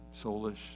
soulish